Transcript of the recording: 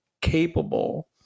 capable